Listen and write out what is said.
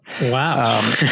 Wow